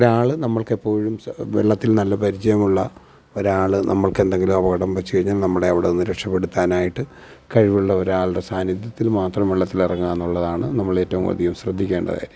ഒരാൾ നമ്മൾക്കെപ്പോഴും വെള്ളത്തിൽ നല്ല പരിചയമുള്ള ഒരാൾ നമ്മൾക്കെന്തെങ്കിലും അപകടം വെച്ചു കഴിഞ്ഞാൽ നമ്മളെ അവിടെ നിന്നാൽ രക്ഷപ്പെടാനായിട്ട് കഴിവുള്ള ഒരാളുടെ സാന്നിധ്യത്തിൽ മാത്രം വെള്ളത്തിൽ ഇറങ്ങുകയെന്നുള്ളതാണ് നമ്മളേറ്റവും അധികം ശ്രദ്ധിക്കേണ്ട കാര്യം